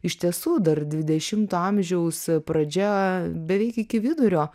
iš tiesų dar dvidešimto amžiaus pradžia beveik iki vidurio